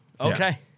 Okay